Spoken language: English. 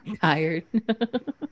tired